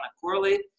correlate